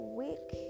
week